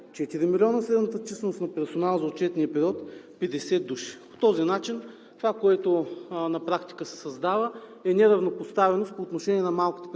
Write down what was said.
4 милиона, средната численост на персонала за отчетния период 50 души. По този начин това, което на практика се създава, е неравнопоставеност по отношение на малките предприятия